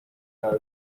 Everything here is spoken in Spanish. cada